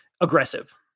aggressive